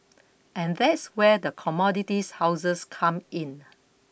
and that's where the commodities houses come in